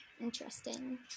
Interesting